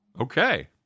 Okay